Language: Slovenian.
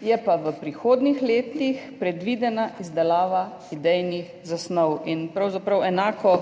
je pa v prihodnjih letih predvidena izdelava idejnih zasnov in pravzaprav enako